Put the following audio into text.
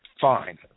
fine